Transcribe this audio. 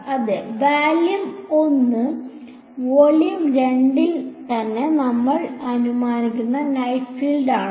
അതെ വാല്യം 1 വോള്യം 2 ൽ തന്നെ നമ്മൾ അനുമാനിക്കുന്ന നെറ്റ് ഫീൽഡ് ആണ്